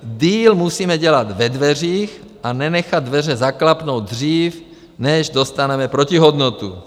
Deal musíme dělat ve dveřích a nenechat dveře zaklapnout dřív, než dostaneme protihodnotu.